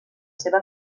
seva